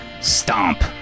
stomp